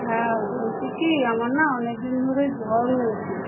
হ্যাঁ বলছি কি আমার না অনেক দিন ধরে জ্বর হয়েছে